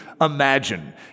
imagine